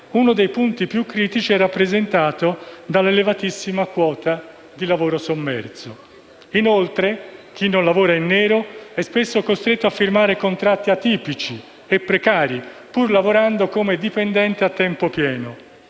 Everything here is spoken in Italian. uno dei punti più critici è rappresentato dall'elevatissima quota di lavoro sommerso. Inoltre, chi non lavora in nero è spesso costretto a firmare contratti atipici e precari, pur lavorando come dipendente a tempo pieno.